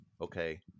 Okay